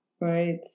right